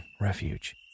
refuge